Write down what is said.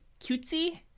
cutesy